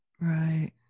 right